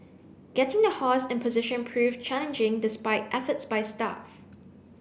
getting the horse in position proved challenging despite efforts by staff